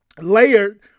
layered